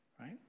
right